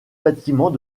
bâtiment